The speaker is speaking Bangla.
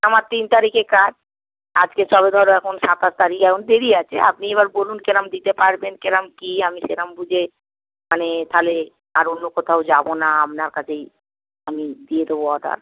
আমার তিন তারিখে কাজ আজকে সবে ধরো এখন সাতাশ তারিখ এখন দেরি আছে আপনি এবার বলুন কীরকম দিতে পারবেন কীরকম কী আমি সেরকম বুঝে মানে তাহলে আরও অন্য কোথাও যাব না আপনার কাছেই আমি দিয়ে দেবো অর্ডার